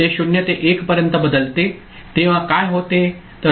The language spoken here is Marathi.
ते 0 ते 1 पर्यंत बदलते तेव्हा काय होते